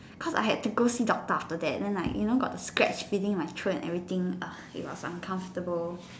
cause I had to go see doctor after that then like you know got the scratch feeling in my throat and everything ugh it was uncomfortable